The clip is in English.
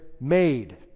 made